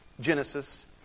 Genesis